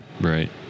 Right